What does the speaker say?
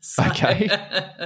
Okay